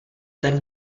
ten